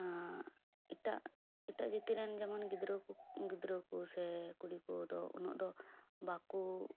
ᱮᱴᱟᱜ ᱮᱴᱟᱜ ᱡᱟᱹᱛᱤ ᱨᱮᱱ ᱜᱤᱫᱽᱨᱟᱹ ᱠᱚ ᱜᱤᱫᱽᱨᱟᱹ ᱠᱚ ᱥᱮ ᱠᱩᱲᱤ ᱠᱚᱫᱚ ᱩᱱᱟᱹᱜ ᱫᱚ ᱵᱟᱹᱠᱩ